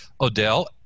Odell